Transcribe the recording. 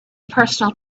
personal